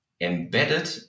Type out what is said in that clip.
embedded